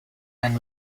and